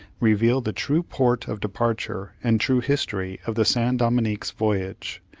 reveal the true port of departure and true history of the san dominick's voyage,